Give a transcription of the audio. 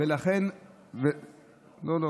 הוא רוצה, לא, לא.